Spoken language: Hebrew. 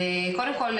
וקודם כל,